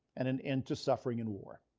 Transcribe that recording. and an end to suffering and war.